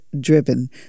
Driven